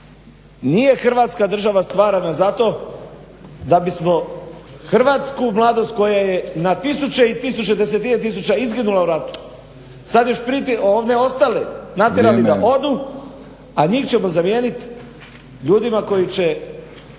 Nije Hrvatska država stvarana zato da bismo hrvatsku mladost koja je na tisuće i tisuće … izginulo u ratu. Sada još one ostale da natjerali da odu, a njih ćemo zamijeniti ljudima koji će